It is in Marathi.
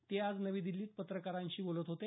ते आज नवी दिल्लीत पत्रकारांशी बोलत होते